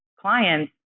clients